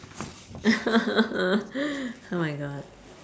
oh my god